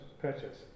purchase